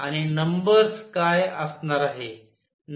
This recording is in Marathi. आणि नंबर्स काय असणार आहे